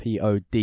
pod